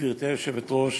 גברתי היושבת-ראש,